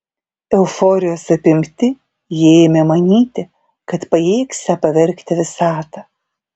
euforijos apimti jie ėmė manyti kad pajėgsią pavergti visatą